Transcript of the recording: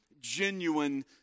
genuine